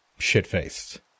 shit-faced